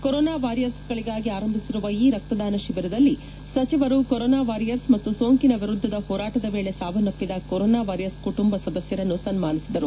corona ವಾರಿಯರ್ಸ್ಗಳಿಗಾಗಿ ಆರಂಭಿಸಿರುವ ಈ ರಕ್ತದಾನ ಶಿಬಿರದಲ್ಲಿ ಸಚಿವರು ಕೊರೊನಾ ವಾರಿಯರ್ಸ್ ಮತ್ತು ಸೋಂಕಿನ ವಿರುದ್ದದ ಹೋರಾಟದ ವೇಳೆ ಸಾವನ್ನಪ್ಪಿದ ಕೊರೊನಾ ವಾರಿಯರ್ಸ್ ಕುಟುಂಬ ಸದಸ್ನರನ್ನು ಸನ್ನಾನಿಸಿದರು